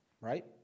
right